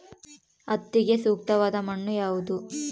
ಹತ್ತಿಗೆ ಸೂಕ್ತವಾದ ಮಣ್ಣು ಯಾವುದು?